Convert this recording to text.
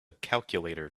calculator